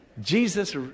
Jesus